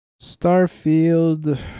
Starfield